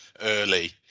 early